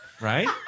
Right